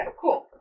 cool